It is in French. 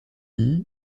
est